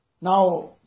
now